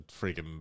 freaking